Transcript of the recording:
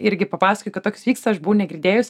irgi papasakojai kad toks vyksta aš buvau negirdėjus